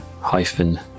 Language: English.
hyphen